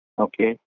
okay